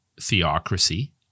theocracy